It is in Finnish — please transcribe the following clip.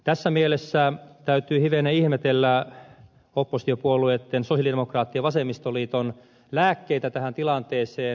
tässä mielessä täytyy hivenen ihmetellä oppositiopuolueitten sosialidemokraattien ja vasemmistoliiton lääkkeitä tähän tilanteeseen